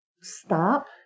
stop